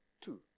two